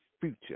future